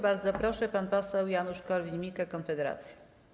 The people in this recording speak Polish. Bardzo proszę, pan poseł Janusz Korwin-Mikke, Konfederacja.